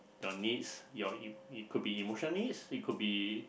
your needs your it it could be emotional needs it could be